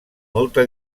molta